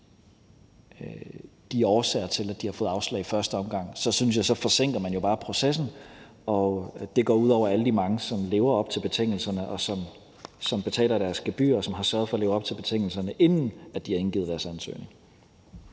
til årsagerne til, at de har fået afslag i første omgang. For så forsinker man jo bare processen, synes jeg, og det går ud over alle dem, som lever op til betingelserne, som betaler deres gebyrer, og som har sørget for at leve op til betingelserne, inden de indgav deres ansøgning.